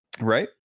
right